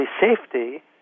safety